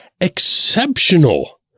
exceptional